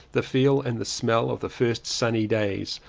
the feel and the smell of the first sunny days?